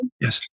Yes